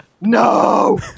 No